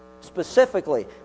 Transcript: Specifically